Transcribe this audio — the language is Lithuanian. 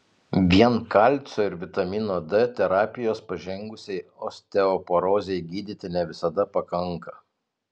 vien kalcio ir vitamino d terapijos pažengusiai osteoporozei gydyti ne visada pakanka